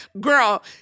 girl